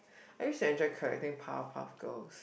I used to enjoy collecting Powerpuff-Girls